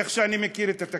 איך שאני מכיר את התקציב,